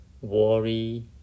worry